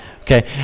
Okay